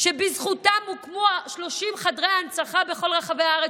שבזכותם הוקמו 30 חדרי ההנצחה בכל רחבי הארץ,